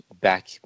back